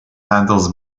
handles